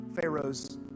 Pharaoh's